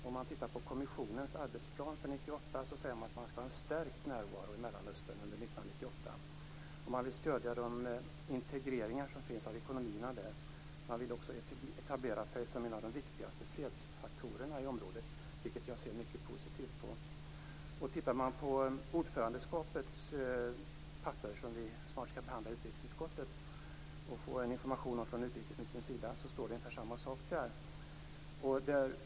Om man tittar på kommissionens arbetsplan för 1998 finner man att den säger att man skall ha stärkt närvaro i Mellanöstern. Man vill stödja de integreringar som finns av ekonomierna där. Man vill också etablera sig som en av de viktigaste fredsfaktorerna i området, vilket jag ser mycket positivt på. I papperen från ordförandeskapet, som vi snart skall behandla i utrikesutskottet, och i informationen från utrikesministern står det ungefär samma sak.